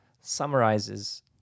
summarizes